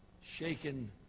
shaken